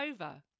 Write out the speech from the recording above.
over